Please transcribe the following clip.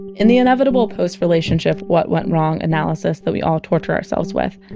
in the inevitable post-relationship what went wrong analysis that we all torture ourselves with,